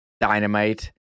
dynamite